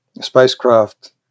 spacecraft